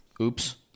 Oops